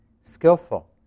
skillful